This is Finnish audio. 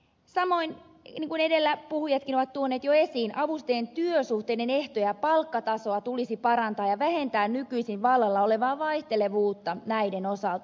samoin niin kuin edellä puhuneetkin ovat tuoneet jo esiin avustajien työsuhteiden ehtoja ja palkkatasoa tulisi parantaa ja vähentää nykyisin vallalla olevaa vaihtelevuutta näiden osalta